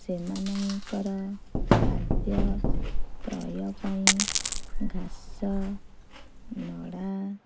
ସେମାନଙ୍କର ଖାଦ୍ୟ କ୍ରୟ ପାଇଁ ଘାସ ନଡ଼ା